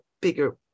bigger